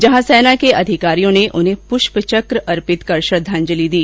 जहां सेना के अधिकारियों ने उन्हें पृष्पचक अर्पित कर श्रद्धाजंलि दी